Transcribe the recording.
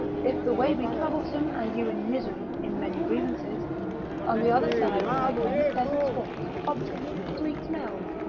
if the way be troublesome, and you in misery, in many grievances on the other side you have many pleasant sports, objects, sweet smells,